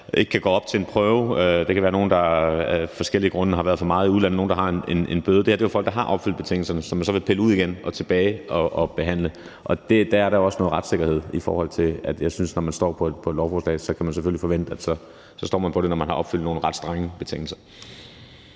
kunnet gå op til en prøve, eller som af forskellige grunde har været meget i udlandet, eller om nogle, der har fået en bøde. Men det her er jo folk, der har opfyldt betingelserne, som man så vil pille ud igen for at genbehandle sagen. Det er der også noget retssikkerhed i forhold til. Jeg synes, at når man står på et lovforslag, kan man selvfølgelig forvente, at man bliver stående, når man har opfyldt nogle ret strenge betingelser.